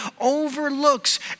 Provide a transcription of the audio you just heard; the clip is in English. overlooks